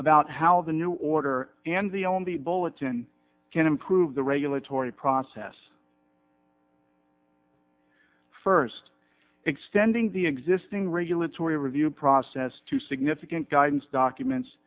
about how the new order and the on the bulletin can improve the regulatory process first extending the existing regulatory review process to significant guidance documents